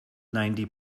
ninety